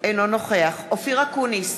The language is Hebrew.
אינו נוכח אופיר אקוניס,